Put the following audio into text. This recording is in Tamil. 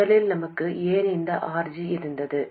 முதலில் நமக்கு ஏன் இந்த RG இருந்தது